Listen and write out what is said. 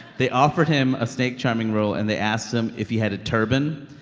they offered him a snake charming role, and they asked him if he had a turban.